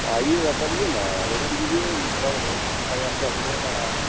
आइएगा तब यह ना आवेदन दीजिए तब एफ़ आई आर दर्ज हो रहा है